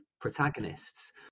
protagonists